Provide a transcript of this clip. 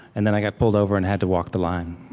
and then i got pulled over and had to walk the line